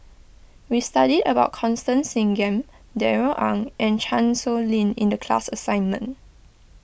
we studied about Constance Singam Darrell Ang and Chan Sow Lin in the class assignment